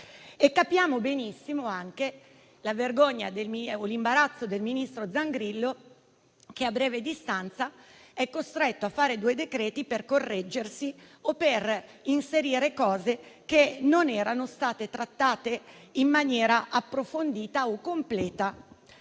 Capiamo benissimo anche la vergogna o l'imbarazzo del ministro Zangrillo, che a breve distanza è costretto a fare due decreti-legge per correggersi o per inserire punti che non erano stati trattati in maniera approfondita o completa.